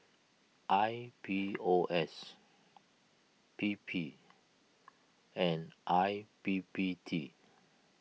I P O S P P and I P P T